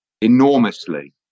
enormously